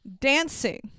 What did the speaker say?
dancing